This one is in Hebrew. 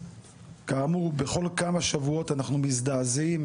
כאמור, בכל כמה שבועות אנחנו מזדעזעים